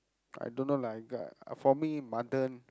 I don't know lah for me Mathan